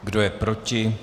Kdo je proti?